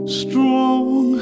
strong